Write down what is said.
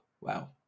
Wow